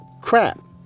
crap